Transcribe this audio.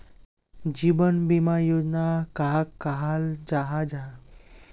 जीवन बीमा योजना कहाक कहाल जाहा जाहा?